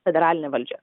federalinė valdžia